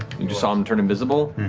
you just saw him turn invisible.